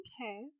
Okay